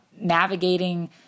navigating